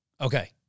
Okay